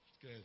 Good